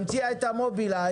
המציאה את המובילאיי,